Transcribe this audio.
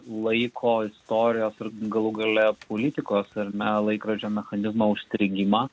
laiko istorijos ir galų gale politikos ar ne laikrodžio mechanizmo užstrigimą